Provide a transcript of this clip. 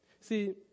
See